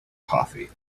coffee